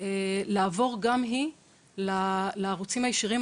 לעבור גם היא לערוצים הישירים.